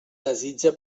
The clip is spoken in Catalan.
desitja